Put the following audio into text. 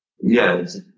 Yes